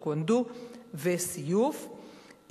טקוונדו וסיוף,